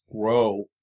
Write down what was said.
grow